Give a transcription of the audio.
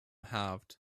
halved